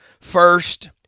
First